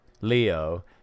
Leo